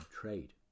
trade